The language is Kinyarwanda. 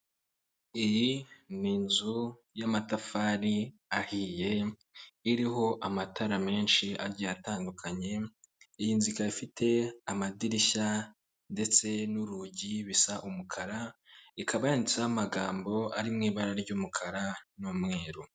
Iyi ni inzu y'amatafari ahiye, iriho amatara menshi agiye atandukanye, iyi nzu ikaba ifite amadirishya ndetse n'urugi bisa umukara, ikaba yanditseho amagambo ari mu ibara ry'umukara n'umweru.